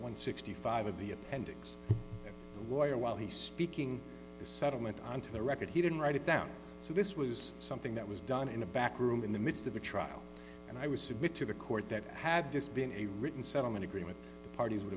and sixty five of the appendix lawyer while he's speaking the settlement onto the record he didn't write it down so this was something that was done in a backroom in the midst of a trial and i was submit to the court that had this been a written settlement agreement parties would